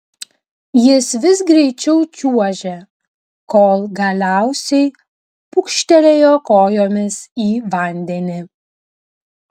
jis vis greičiau čiuožė kol galiausiai pūkštelėjo kojomis į vandenį